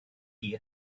chi